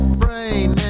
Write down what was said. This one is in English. brain